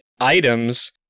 items